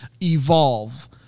evolve